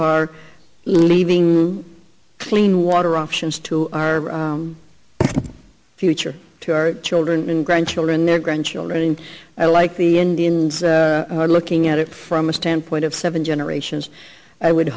are leaving clean water options to our future to our children and grandchildren their grandchildren and i like the indians are looking at it from a standpoint of seven generations i would